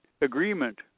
agreement